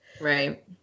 right